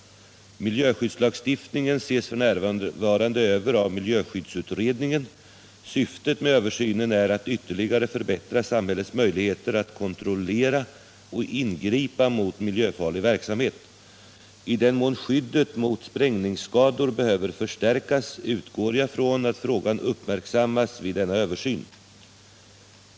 Miljöskyddslagstiftningen ses f.n. över av miljöskyddsutredningen. Syftet med översynen är att ytterligare förbättra samhällets möjligheter att kontrollera och ingripa mot miljöfarlig verksamhet. I den mån skyddet mot sprängningsskador behöver förstärkas utgår jag från att frågan uppmärksammas vid denna översyn.